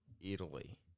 Italy